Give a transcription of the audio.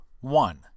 One